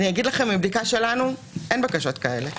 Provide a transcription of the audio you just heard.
מבדיקה שלנו, אין בקשות כאלה היום.